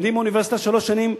לומדים באוניברסיטה שלוש שנים,